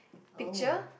picture